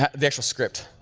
ah the actual script.